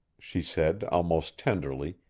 she said almost tenderly,